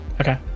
Okay